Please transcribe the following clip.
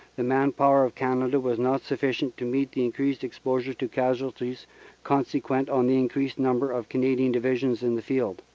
the man power of canada was not sufficient to meet the increased exposure to casualties consequent on the increased number of canadian divisions in the field.